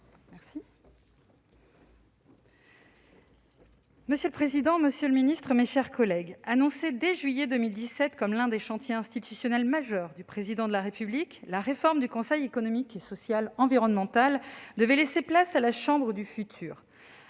Delattre. Monsieur le président, monsieur le ministre, mes chers collègues, annoncée dès juillet 2017 comme l'un des chantiers institutionnels majeurs du Président de la République, la réforme du Conseil économique, social et environnemental devait laisser place à la « Chambre du futur